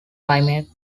climate